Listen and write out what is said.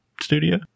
studio